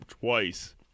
twice